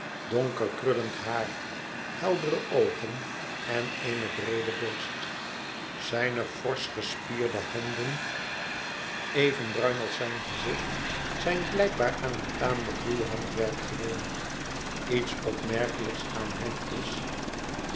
donker krullend haar heldere oogen en eene breede borst zijne forsch gespierde handen even bruin als zijn gezicht zijn blijkbaar aan een tamelijk ruw handwerk gewoon iets opmerkelijks aan hem is